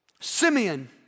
Simeon